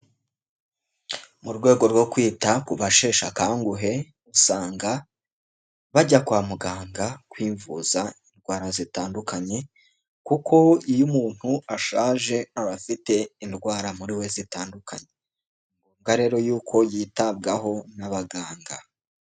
Mu rwego rwo kwita ku basheshe akanguhe, usanga bajya kwa muganga kwivuza indwara zitandukanye, kuko iyo umuntu ashaje aba afite indwara muri we zitandukanye. Ni ngombwa rero y'uko yitabwaho n'abaganga.